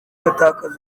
batakaza